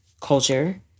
culture